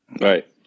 Right